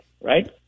Right